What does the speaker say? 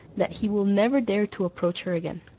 that he will never dare to approach her again.